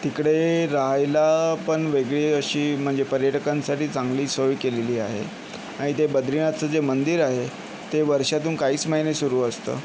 तिकडे रहायला पण वेगळी अशी म्हणजे पर्यटकांसाठी चांगली सोय केलेली आहे आणि ते बद्रीनाथचं जे मंदिर आहे ते वर्षातून काहीच महिने सुरू असतं